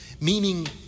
meaning